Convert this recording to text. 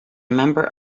member